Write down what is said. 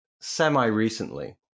semi-recently